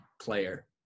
player